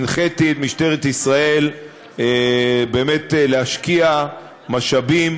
הנחיתי את משטרת ישראל באמת להשקיע משאבים